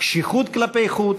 קשיחות כלפי חוץ,